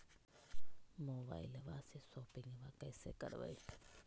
मोबाइलबा से शोपिंग्बा कैसे करबै?